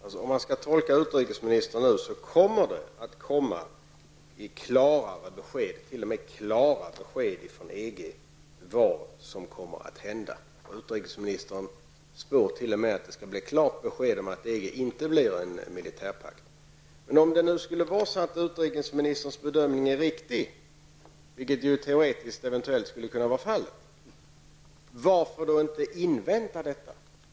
Herr talman! Nu skall man tolka utrikesministern så att det kommer klarare, t.o.m. klara, besked från EG om vad som kommer att hända. Utrikesministern spår t.o.m. att det skall bli ett klart besked om att EG inte blir en militärpakt. Om utrikesministerns bedömning skulle vara riktig, vilket ju teoretiskt eventuellt skulle kunna bli fallet, varför då inte invänta detta besked?